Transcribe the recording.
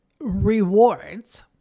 rewards